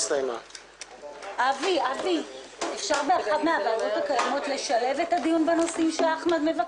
הישיבה ננעלה בשעה 22:08.